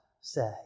say